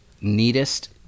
neatest